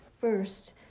first